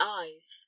eyes